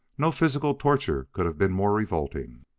no physical torture could have been more revolting.